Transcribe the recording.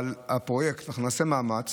אבל אנחנו נעשה מאמץ